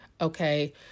okay